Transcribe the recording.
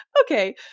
okay